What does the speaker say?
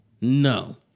no